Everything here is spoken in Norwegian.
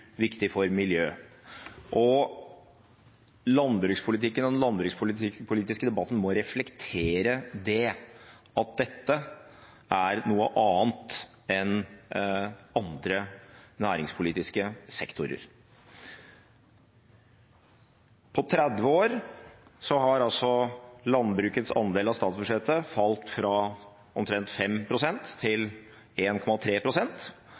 viktig for miljø. Landbrukspolitikken og den landbrukspolitiske debatten må reflektere at dette er noe annet enn andre næringspolitiske sektorer. På 30 år har landbrukets andel av statsbudsjettet falt fra omtrent 5 pst. til 1,3 pst., og vi har en